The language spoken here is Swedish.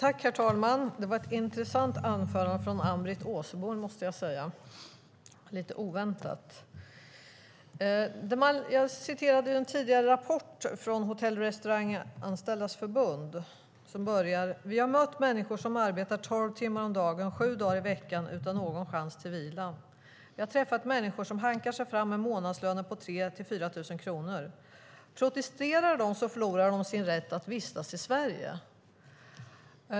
Herr talman! Det var ett intressant och lite oväntat anförande av Ann-Britt Åsebol, måste jag säga. Jag citerade tidigare en rapport från Hotell och Restaurangfacket, som börjar med orden: "Vi har mött människor som arbetar 12 timmar om dagen, 7 dagar i veckan, utan någon chans till vila. Vi har träffat människor som hankar sig fram med månadslöner på 3 000-4 000 kronor. Protesterar de förlorar de sin rätt att vistas i Sverige."